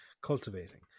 cultivating